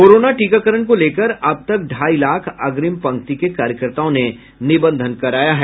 corona टीकाकरण को लेकर अब तक ढ़ाई लाख अग्रिम पंक्ति के कार्यकर्ताओं ने निबंधन कराया है